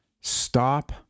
Stop